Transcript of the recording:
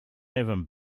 even